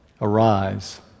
arise